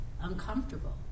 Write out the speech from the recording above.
uncomfortable